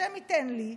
השם ייתן לי,